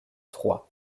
troyes